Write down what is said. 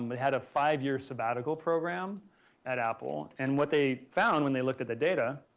had a five year sabbatical program at apple, and what they found when they looked at the data